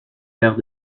paires